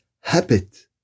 habit